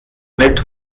mit